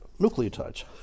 nucleotides